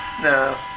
No